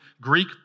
Greek